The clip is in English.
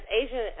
Asian